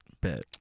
bet